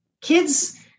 Kids